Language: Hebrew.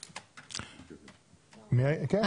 כן.